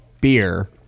beer